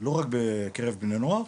לא רק בקרב בני נוער,